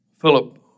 Philip